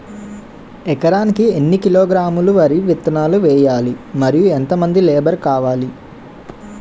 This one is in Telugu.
ఎకరానికి ఎన్ని కిలోగ్రాములు వరి విత్తనాలు వేయాలి? మరియు ఎంత మంది లేబర్ కావాలి?